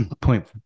point